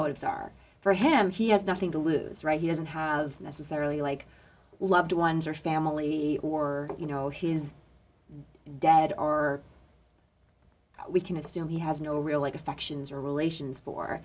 motives are for him he has nothing to lose right he doesn't have necessarily like loved ones or family or you know his dad or we can assume he has no real like affections or relations for